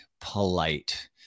polite